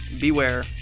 beware